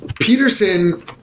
Peterson